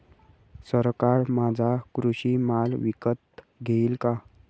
सरकार माझा कृषी माल विकत घेईल का?